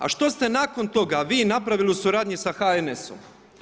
A što ste nakon toga vi napravili u suradnji sa HNS-om?